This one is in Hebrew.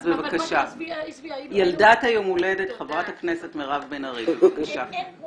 ובאתי לשמוע, כמו